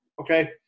okay